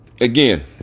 again